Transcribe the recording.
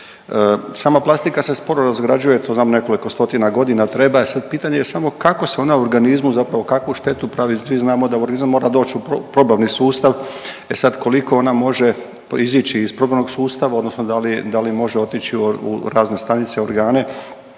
Sama plastika se sporo razgrađuje to nam nekoliko stotina godina treba. Sad pitanje je samo kako se ona u organizmu, zapravo kakvu štetu pravi. Svi znamo da u organizam mora doći u probavni sustav. E sad koliko ona može proizići iz probavnog sustava, odnosno da li može otići u razne stanice, organe